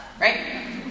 right